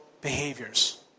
behaviors